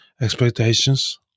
expectations